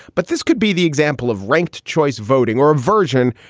but this could be the example of ranked choice voting or a virgin.